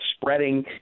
spreading